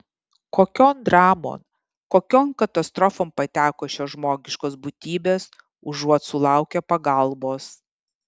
kokion dramon kokion katastrofon pateko šios žmogiškos būtybės užuot sulaukę pagalbos